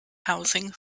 housing